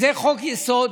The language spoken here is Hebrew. זה חוק-יסוד: